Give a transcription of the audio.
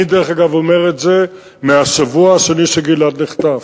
אני, דרך אגב, אומר את זה מהשבוע השני שגלעד נחטף.